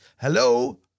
Hello